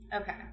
Okay